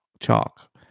Chalk